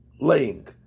laying